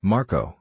Marco